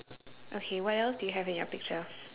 okay what else do you have in your picture